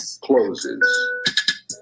closes